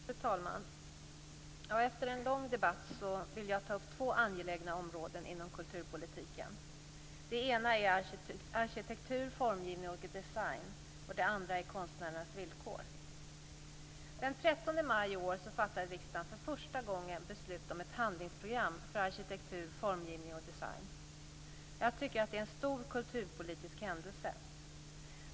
Fru talman! Jag vill efter en lång debatt ta upp två angelägna områden inom kulturpolitiken. Det ena är arkitektur, formgivning och design. Det andra är konstnärernas villkor. Den 13 maj i år fattade riksdagen för första gången beslut om ett handlingsprogram för arkitektur, formgivning och design. Jag tycker att det var en stor kulturpolitisk händelse.